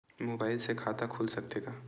Mobile से खाता खुल सकथे का?